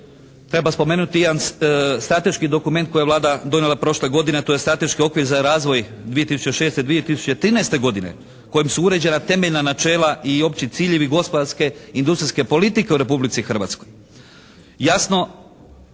treba spomenuti jedan strateški dokument koji je Vlada donijela prošle godine a to je strateški okvir za razvoj 2006., 2013. godine kojim su uređena temeljna načela i opći ciljevi gospodarske industrijske politike u Republici Hrvatskoj, jasno